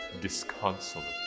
disconsolate